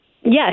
Yes